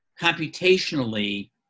computationally